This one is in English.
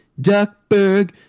Duckburg